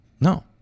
no